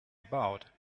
about